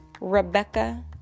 rebecca